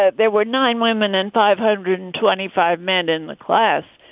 ah there were nine women and five hundred and twenty five men in the class.